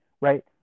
right